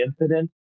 incident